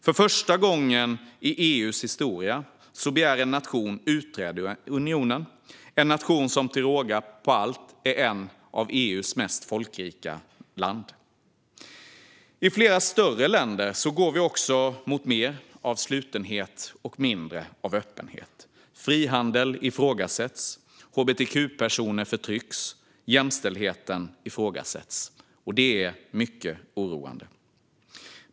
För första gången i EU:s historia begär en nation utträde ur unionen, en nation som till råga på allt är ett av EU:s folkrikaste länder. I flera större länder går vi också mot mer av slutenhet och mindre av öppenhet. Frihandel ifrågasätts. Hbtq-personer förtrycks. Jämställdheten ifrågasätts. Det är mycket oroande.